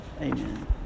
Amen